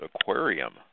aquarium